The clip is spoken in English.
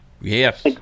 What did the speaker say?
Yes